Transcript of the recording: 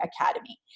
academy